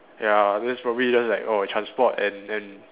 ya that's probably just like oh transport and then